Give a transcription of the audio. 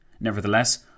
Nevertheless